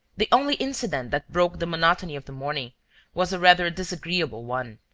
the only incident that broke the monotony of the morning was a rather disagreeable one.